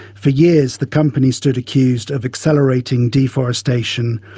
for years the company stood accused of accelerating deforestation,